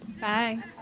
Bye